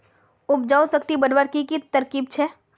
उपजाऊ शक्ति बढ़वार की की तरकीब छे?